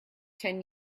ten